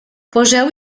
poseu